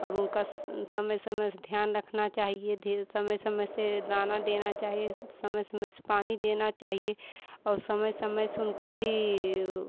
और उनका समय समय से ध्यान रखना चाहिए समय समय से दाना देना चाहिए समय समय से पानी देना चाहिए और समय समय से उनका भी वो